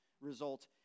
result